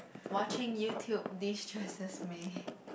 watching YouTube destresses me